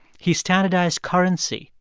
he standardized currency,